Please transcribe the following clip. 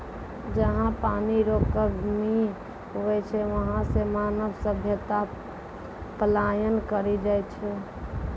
जहा पनी रो कमी हुवै छै वहां से मानव सभ्यता पलायन करी जाय छै